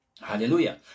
Hallelujah